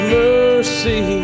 mercy